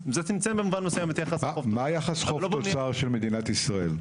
אז ודאי שזה צמצם במובן מסוים את יחס החוב תוצר של מדינת ישראל.